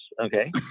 Okay